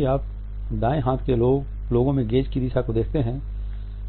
यदि आप दाएँ हाथ के लोगों में गेज़ की दिशा देखते हैं